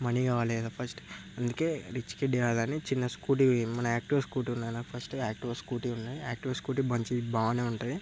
money కావాలి first అందుకే rich kid కాదు కదా అని చిన్న స్కూటీ మన యాక్టివా స్కూటీ ఉంది కదా ఫస్ట్ యాక్టివా స్కూటీ ఉందిగా యాక్టివా స్కూటీ మంచి బానే ఉంటది